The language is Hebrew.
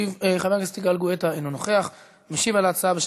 חבר הכנסת יגאל גואטה, אינו נוכח.